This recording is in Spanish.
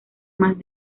más